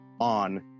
on